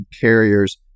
carriers